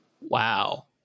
Wow